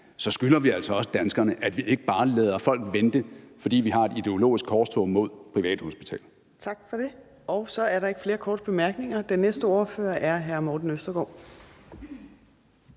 så skylder vi altså også danskerne, at vi ikke bare lader folk vente, fordi vi har et ideologisk korstog mod privathospitaler. Kl. 15:02 Fjerde næstformand (Trine Torp): Tak for det. Så er der ikke flere korte bemærkninger. Den næste ordfører er hr. Morten Østergaard.